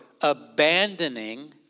abandoning